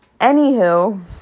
anywho